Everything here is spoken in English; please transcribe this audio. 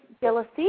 jealousy